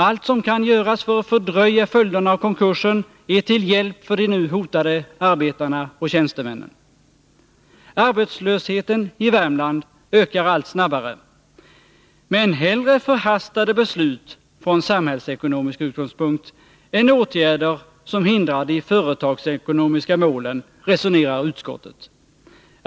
Allt som kan göras för att fördröja följderna av konkursen är till hjälp för de nu hotade arbetarna och tjänstemännen. Arbetslösheten i Värmland ökar allt snabbare. Men hellre förhastade beslut, från samhällsekonomisk utgångspunkt, än åtgärder som hindrar de företagsekonomiska målen, resonerar utskottet.